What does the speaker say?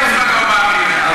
אפילו השר ליצמן לא מאמין לך,